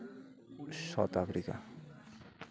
South Africa